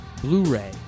Blu-ray